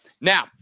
Now